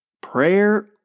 Prayer